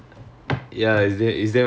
oh what the how